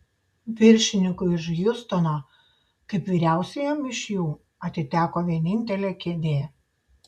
viršininkui iš hjustono kaip vyriausiajam iš jų atiteko vienintelė kėdė